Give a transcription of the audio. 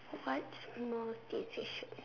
what small decision